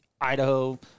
Idaho